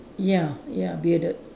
ya ya bearded